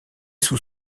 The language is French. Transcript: sous